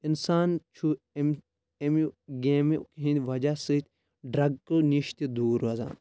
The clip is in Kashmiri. اِنسان چھُ امہِ ایٚمیُہ گیٚمہِ ہٕنٛدۍ وَجہ سۭتۍ ڈٕرٛگو نِش تہِ دوٗر روزان